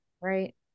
right